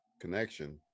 Connection